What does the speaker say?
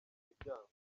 imiryango